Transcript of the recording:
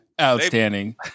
Outstanding